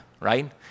right